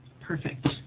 perfect